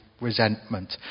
resentment